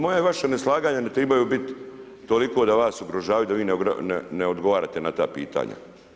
Moje i vaše neslaganje ne trebaju biti toliko da vas ugrožavaju i da vi ne odgovarate na ta pitanja.